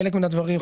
חלק מן הדברים,